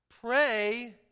pray